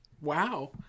wow